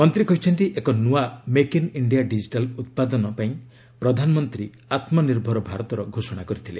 ମନ୍ତ୍ରୀ କହିଛନ୍ତି ଏକ ନୂଆ 'ମେକ୍ ଇନ୍ ଇଣ୍ଡିଆ ଡିଜିଟାଲ୍ ଉତ୍ପାଦନ' ପାଇଁ ପ୍ରଧାନମନ୍ତ୍ରୀ 'ଆତ୍ମନିର୍ଭର ଭାରତ'ର ଘୋଷଣା କରିଥିଲେ